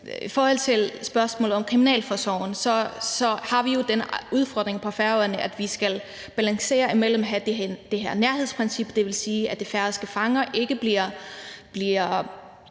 I forhold til spørgsmålet om kriminalforsorgen har vi jo den udfordring på Færøerne, at vi skal balancere med det her nærhedsprincip. Det vil sige, at de færøske fanger ikke bliver